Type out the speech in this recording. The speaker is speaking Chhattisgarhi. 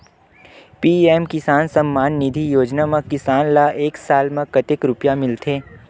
पी.एम किसान सम्मान निधी योजना म किसान ल एक साल म कतेक रुपिया मिलथे?